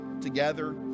together